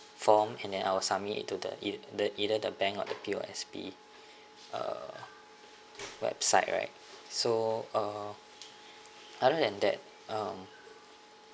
form and then I'll submit it to the ei~ the either the bank or the P_O_S_B uh website right so uh other than that um